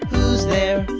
who's there?